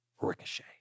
Ricochet